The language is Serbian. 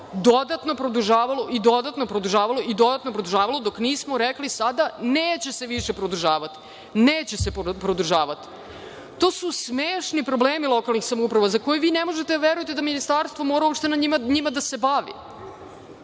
dodatno produžavalo i dodatno produžavalo i dodatno produžavalo dok nismo rekli sada da se neće više produžavati. To su smešni problemi lokalnih samouprava za koje vi ne možete da verujete da ministarstvo mora uopšte njima da se bavi.U